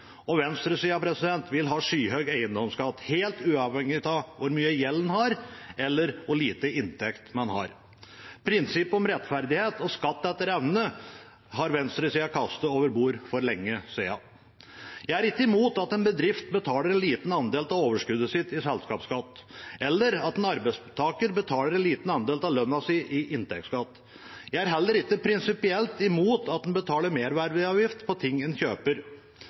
vil ha skyhøy eiendomsskatt helt uavhengig av hvor mye gjeld man har, eller hvor lite inntekt man har. Prinsippet om rettferdighet og skatt etter evne har venstresida kastet overbord for lenge siden. Jeg er ikke imot at en bedrift betaler en liten andel av overskuddet sitt i selskapsskatt, eller at en arbeidstaker betaler en liten andel av lønna si i inntektsskatt. Jeg er heller ikke prinsipielt imot at en betaler merverdiavgift på ting en kjøper.